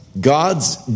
God's